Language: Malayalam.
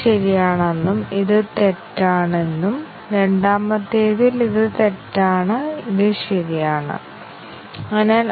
വ്യത്യസ്ത കവറേജ് തന്ത്രങ്ങൾ ലക്ഷ്യമിടുന്ന വ്യത്യസ്ത തരം പ്രോഗ്രാം ഘടകങ്ങളുണ്ട്